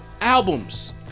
albums